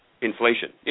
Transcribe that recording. inflation